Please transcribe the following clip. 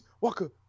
Walker